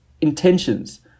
intentions